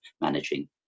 managing